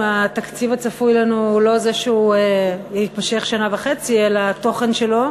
עם התקציב הצפוי לנו זה לא שהוא יתמשך שנה וחצי אלא התוכן שלו,